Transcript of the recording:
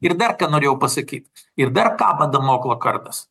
ir dar ką norėjau pasakyt ir dar kaba damoklo kardas